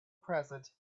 present